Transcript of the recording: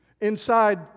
inside